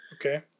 Okay